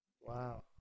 Wow